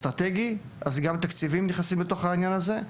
האסטרטגי, אז גם תקציבים נכנסים לתוך העניין הזה,